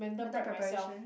mental preparation